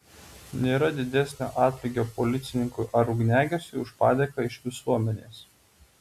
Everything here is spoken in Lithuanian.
nėra didesnio atlygio policininkui ar ugniagesiui už padėką iš visuomenės